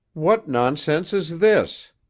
what nonsense is this?